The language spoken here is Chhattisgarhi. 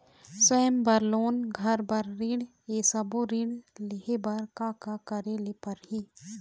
स्वयं बर लोन, घर बर ऋण, ये सब्बो ऋण लहे बर का का करे ले पड़ही?